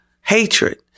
hatred